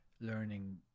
learning